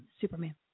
Superman